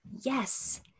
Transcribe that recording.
Yes